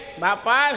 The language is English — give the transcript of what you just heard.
bapa